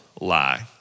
lie